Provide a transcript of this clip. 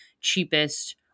cheapest